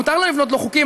מותר להם לבנות לא חוקי,